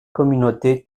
communauté